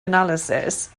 analysis